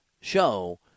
show